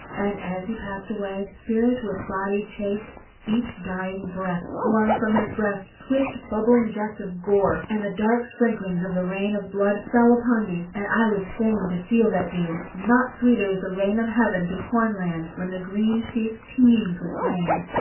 and as he passed away, spirit with body chafed each dying breath flung from his breast swift bubbling jets of gore, and the dark sprinklings of the rain of blood fell upon me and i was fain to feel that dew not sweeter is the rain of heaven to cornland, when the green sheath teems with grain,